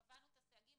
קבענו את הסייגים,